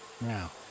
Now